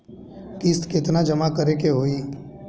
किस्त केतना जमा करे के होई?